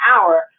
hour